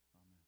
amen